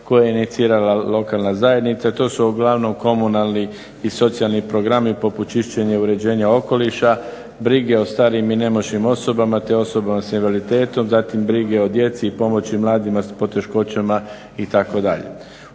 koje je inicirala lokalna zajednica. To su uglavnom komunalni i socijalni programi poput čišćenja i uređenja okoliša, brige o starim i nemoćnim osobama te osobama s invaliditetom, zatim brige o djeci i pomoći mladima s poteškoćama itd.